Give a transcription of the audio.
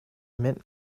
mint